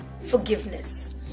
forgiveness